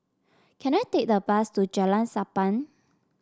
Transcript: can I take a bus to Jalan Sappan